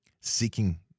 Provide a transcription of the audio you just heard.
seeking